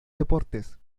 deportes